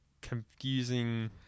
confusing